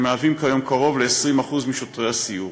שכיום שיעורם קרוב ל־20% משוטרי הסיור.